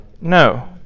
No